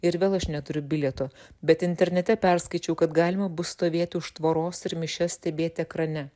ir vėl aš neturiu bilieto bet internete perskaičiau kad galima bus stovėti už tvoros ir mišias stebėti ekrane